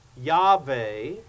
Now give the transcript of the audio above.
Yahweh